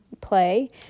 play